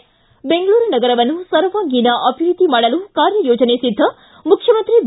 ್ಲಿ ಬೆಂಗಳೂರು ನಗರವನ್ನು ಸರ್ವಾಂಗೀಣ ಅಭಿವೃದ್ಧಿ ಮಾಡಲು ಕಾರ್ಯ ಯೋಜನೆ ಸಿದ್ಧ ಮುಖ್ಯಮಂತ್ರಿ ಬಿ